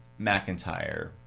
mcintyre